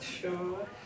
Sure